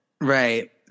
right